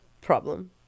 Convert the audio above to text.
problem